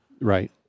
Right